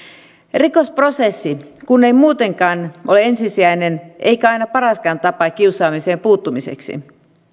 rikosprosessi kun ei muutenkaan ole ensisijainen eikä aina paraskaan tapa kiusaamiseen puuttumiseksi